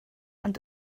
ond